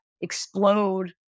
explode